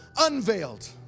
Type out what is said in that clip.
unveiled